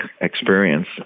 experience